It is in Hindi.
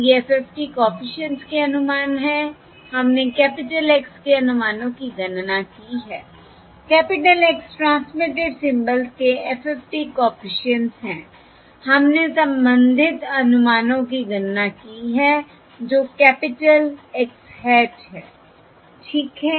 ये FFT कॉफिशिएंट्स के अनुमान हैं हमने कैपिटल X के अनुमानों की गणना की है कैपिटल X ट्रांसमिटेड सिम्बल्स के FFT कॉफिशिएंट्स हैं हमने संबंधित अनुमानों की गणना की है जो कैपिटल X hat है ठीक है